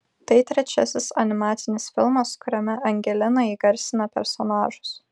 tai trečiasis animacinis filmas kuriame angelina įgarsina personažus